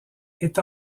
est